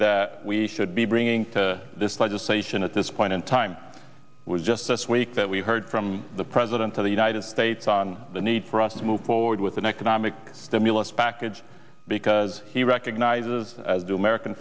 that we should be bringing to this legislation at this point in time was just this week that we heard from the president of the united states on the need for us to move forward with an economic stimulus package because he recognizes as do american